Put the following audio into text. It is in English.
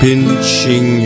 Pinching